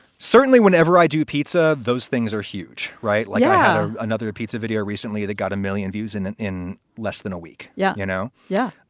certainly whenever i do pizza, those things are huge. right. like yeah another pizza video recently that got a million views in and in less than a week. yeah. you know. yeah.